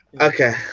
Okay